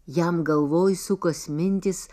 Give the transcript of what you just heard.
jam galvoj sukos mintys